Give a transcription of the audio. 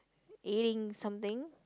eating something